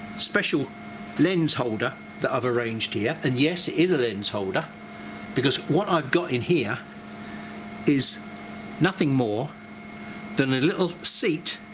special lens holder that i've arranged here, and yes it is a lens holder because what i've got in here is nothing more than a little seat.